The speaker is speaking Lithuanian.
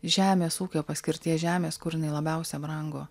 žemės ūkio paskirties žemės kur jinai labiausia brango